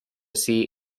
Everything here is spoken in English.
see